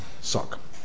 suck